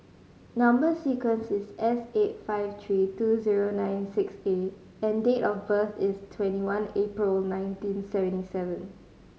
number sequence is S eight five three two zero nine six A and date of birth is twenty one April nineteen seventy seven